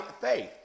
faith